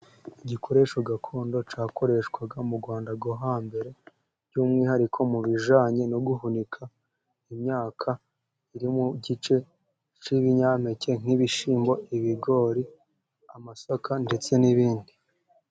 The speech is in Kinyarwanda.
Igikoresho gakondo, cyakoreshwaga mu Rwanda rwo hambere, by'umwihariko mu bijyanye no guhunika imyaka, iri mu igice cy'ibinyampeke, nk'ibishyimbo, ibigori, amasaka, ndetse n'ibindi.